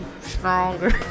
stronger